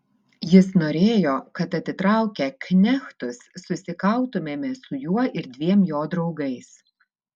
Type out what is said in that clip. jis norėjo kad atitraukę knechtus susikautumėme su juo ir dviem jo draugais